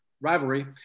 rivalry